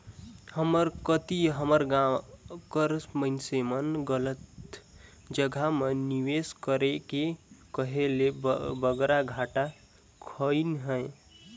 हमर कती हमर गाँव कर मइनसे मन गलत जगहा म निवेस करके कहे ले बगरा घाटा खइन अहें